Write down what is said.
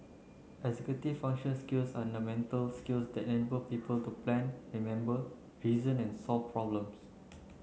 executive function skills are the mental skills that enable people to plan remember reason and solve problems